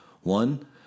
one